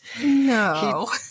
No